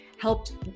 helped